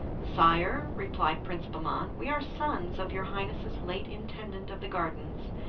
sire, replied prince bahman, we are sons of your highness's late intendant of the gardens,